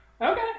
Okay